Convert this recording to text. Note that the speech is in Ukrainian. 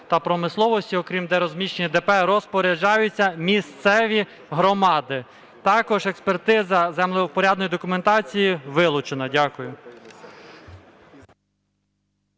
та промисловості, окрім де розміщені ДП, розпоряджаються місцеві громади. Також експертиза землевпорядної документації вилучена. Дякую.